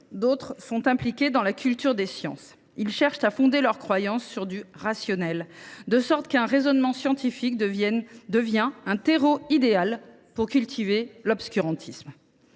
d’autres sont impliqués dans la culture des sciences, cherchant à fonder leurs croyances sur du rationnel, de sorte qu’un raisonnement scientifique devient un terreau idéal pour cultiver l’obscurantisme.